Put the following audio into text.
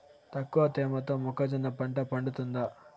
తక్కువ తేమతో మొక్కజొన్న పంట పండుతుందా?